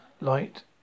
light